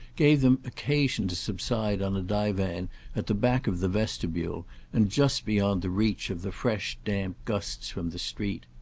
gave them occasion to subside on a divan at the back of the vestibule and just beyond the reach of the fresh damp gusts from the street.